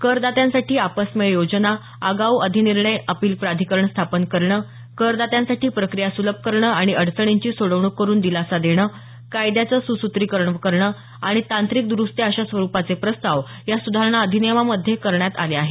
करदात्यांसाठी आपसमेळ योजना आगाऊ अधिनिर्णय अपील प्राधिकरण स्थापन करणं करदात्यांसाठी प्रक्रिया सुलभ करणं आणि अडचणींची सोडवणूक करून दिलासा देणं कायद्याचं सुसूत्रीकरण करणं आणि तांत्रिक दुरुस्त्या अशा स्वरुपाचे प्रस्ताव या सुधारणा अधिनियमामध्ये समाविष्ट आहेत